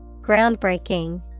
Groundbreaking